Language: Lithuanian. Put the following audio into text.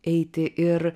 eiti ir